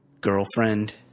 girlfriend